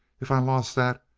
if i lost that,